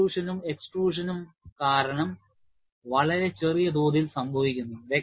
ഇന്റട്രൂഷനും എക്സ്ട്രൂഷനും കാരണം വളരെ ചെറിയ തോതിൽ സംഭവിക്കുന്നു